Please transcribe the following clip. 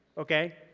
okay?